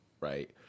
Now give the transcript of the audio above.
right